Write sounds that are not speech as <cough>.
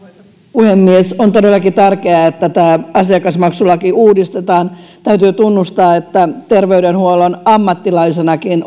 puhemies on todellakin tärkeää että tämä asiakasmaksulaki uudistetaan täytyy tunnustaa että terveydenhuollon ammattilaisenakin <unintelligible>